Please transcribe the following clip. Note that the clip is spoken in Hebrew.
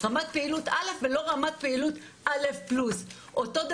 רמת פעילות א' ולא רמת פעילות א' פלוס.